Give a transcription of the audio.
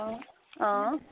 অঁ অঁ